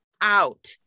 out